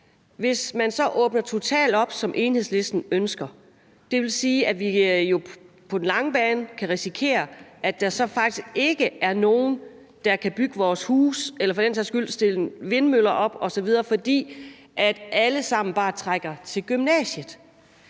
hvis man åbner totalt op, som Enhedslisten ønsker det, vil det sige, at vi på den lange bane kan risikere, at der faktisk ikke er nogen, der kan bygge vores huse eller for den sags skyld stille vindmøller op osv., fordi de alle sammen bare trækker til gymnasiet.